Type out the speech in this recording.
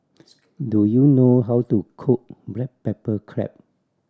do you know how to cook black pepper crab